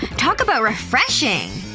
talk about refreshing!